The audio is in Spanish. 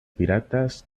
piratas